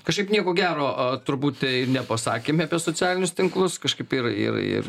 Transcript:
kažkaip nieko gero a turbūt ir nepasakėm apie socialinius tinklus kažkaip ir ir ir